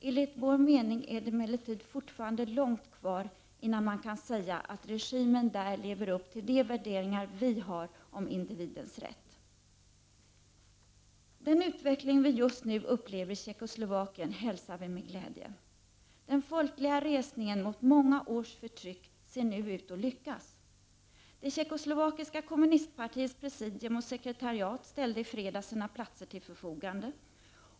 Enligt vår mening är det emellertid fortfarande långt kvar innan man kan säga att regimen där lever upp till de värderingar vi har om individens rätt. Den utveckling vi just nu upplever i Tjeckoslovakien hälsar vi med glädje. Den folkliga resningen mot många års förtryck ser nu ut att lyckas. Det tjeckoslovakiska kommunistpartiets presidium och sekretariat ställde i fredags sina platser till förfogande.